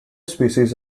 species